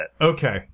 Okay